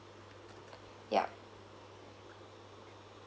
yup